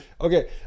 Okay